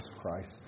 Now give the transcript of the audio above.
Christ